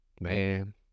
Man